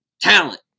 talent